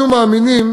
אנו מאמינים